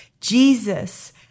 Jesus